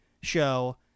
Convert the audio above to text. show